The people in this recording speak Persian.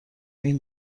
این